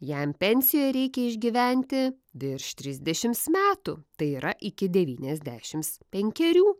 jam pensijoje reikia išgyventi virš trisdešims metų tai yra iki devyniasdešims penkerių